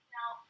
Now